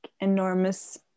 enormous